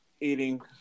eating